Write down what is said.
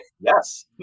yes